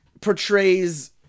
portrays